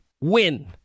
win